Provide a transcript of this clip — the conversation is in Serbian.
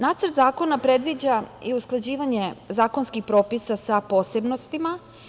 Nacrt zakona predviđa i usklađivanje zakonskih propisa sa posebnostima.